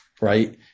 right